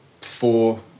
four